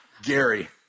Gary